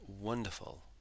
wonderful